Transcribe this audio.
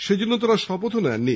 সেজন্য তাঁরা শপথও নেননি